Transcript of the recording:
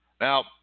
Now